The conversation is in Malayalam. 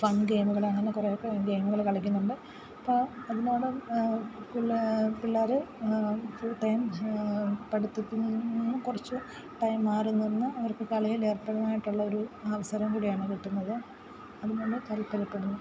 ഫൺ ഗെയിമുകൾ അങ്ങനെ കുറേയൊക്കെ ഗെയിമുകൾ കളിക്കുന്നുണ്ട് അപ്പോൾ നല്ലോണം പിള്ളാർ ഫുൾ ടൈം പഠിത്തത്തിൽ നിന്ന് നിന്ന് കുറച്ചു ടൈം മാറി നിന്ന് അവർക്ക് കളിയിൽ ഏർപ്പെടാൻ ആയിട്ടുള്ള ഒരു അവസരം കൂടിയാണ് കിട്ടുന്നത് അതിനുള്ള താല്പര്യപ്പെടുന്നു